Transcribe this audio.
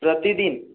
प्रतिदिन